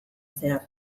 zehar